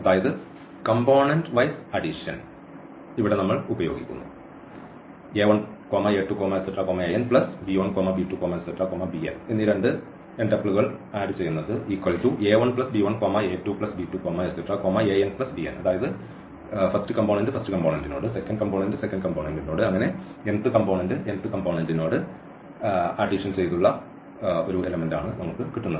അതായത് component wise addition ഇവിടെ ഉപയോഗിക്കുന്നു